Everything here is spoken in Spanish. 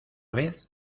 vez